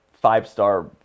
five-star